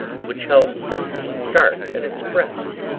which held something dark at its breast.